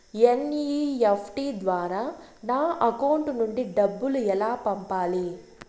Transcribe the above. NEFT ద్వారా నా account నుండి డబ్బులు ఎలా పంపాలి